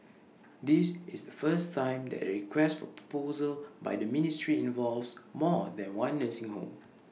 this is the first time that A request for proposal by the ministry involves more than one nursing home